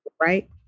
Right